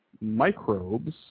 microbes